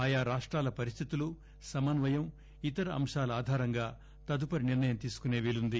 ఆయా రాష్టాల పరిస్థితులు సమన్నయం ఇతర అంశాల ఆధారంగా తదుపరి నిర్ణయం తీసుకునే వీలుంది